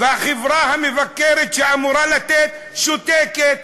והחברה המבקרת שאמורה לבקר שותקת.